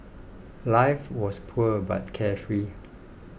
life was poor but carefree